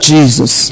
Jesus